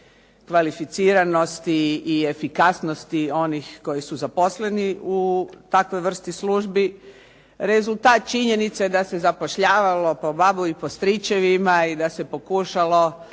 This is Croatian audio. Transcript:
kvalificiranosti i efikasnosti onih koji su zaposleni u takvoj vrsti službi. Rezultat činjenice je da se zapošljavalo po babu i po stričevima i da se pokušalo